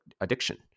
addiction